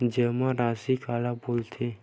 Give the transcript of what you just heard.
जमा राशि काला बोलथे?